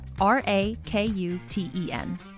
R-A-K-U-T-E-N